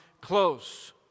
close